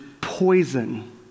poison